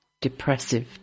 depressive